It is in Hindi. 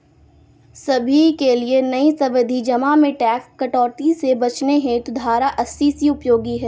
सभी के लिए नई सावधि जमा में टैक्स कटौती से बचने हेतु धारा अस्सी सी उपयोगी है